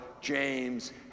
James